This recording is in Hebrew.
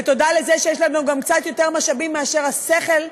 ותודה לזה שיש לנו גם קצת יותר משאבים מאשר השכל,